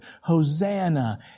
Hosanna